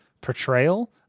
portrayal